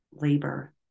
labor